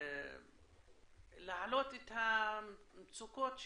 להעלות את המצוקות שלה,